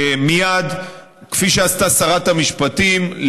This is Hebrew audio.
כפי שעשתה שרת המשפטים,